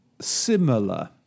similar